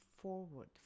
forward